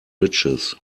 riches